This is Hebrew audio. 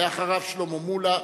אחריו שלמה מולה,